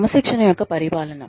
క్రమశిక్షణ యొక్క పరిపాలన